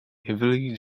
every